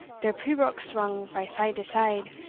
their pibrochs rung frae side to side,